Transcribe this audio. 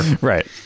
right